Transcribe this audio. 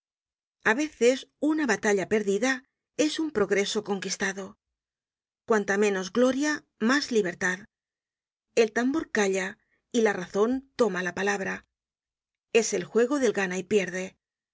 a veces una batalla perdida es un progreso conquistado cuanta menos gloria mas libertad el tambor calla y la razon toma la palabra es el juego del